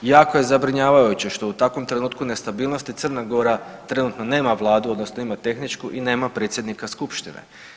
Jako je zabrinjavajuće što u takvom trenutku nestabilnosti Crna Gora trenutno nema Vladu, odnosno ima tehničku i nema predsjednika Skupštine.